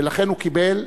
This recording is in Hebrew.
ולכן הוא קיבל,